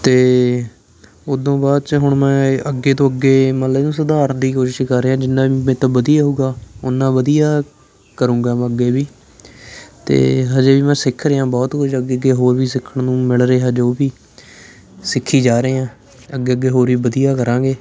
ਅਤੇ ਉਦੂ ਬਾਅਦ 'ਚ ਹੁਣ ਮੈਂ ਅੱਗੇ ਤੋਂ ਅੱਗੇ ਮਤਲਬ ਇਹਨੂੰ ਸੁਧਾਰਨ ਦੀ ਕੋਸ਼ਿਸ਼ ਕਰ ਰਿਹਾ ਜਿੰਨਾ ਮੇਰੇ ਤੋਂ ਵਧੀਆ ਹੋਊਗਾ ਓਨਾ ਵਧੀਆ ਕਰੂੰਗਾ ਮੈਂ ਅੱਗੇ ਵੀ ਅਤੇ ਅਜੇ ਵੀ ਮੈਂ ਸਿੱਖ ਰਿਹਾ ਬਹੁਤ ਕੁਝ ਅੱਗੇ ਅੱਗੇ ਹੋਰ ਵੀ ਸਿੱਖਣ ਨੂੰ ਮਿਲ ਰਿਹਾ ਜੋ ਵੀ ਸਿੱਖੀ ਜਾ ਰਹੇ ਹਾਂ ਅੱਗੇ ਅੱਗੇ ਹੋਰ ਵੀ ਵਧੀਆ ਕਰਾਂਗੇ